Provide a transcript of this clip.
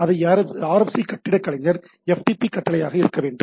அது RFC கட்டிடக் கலைஞர் FTP கட்டளையாக இருக்க வேண்டும்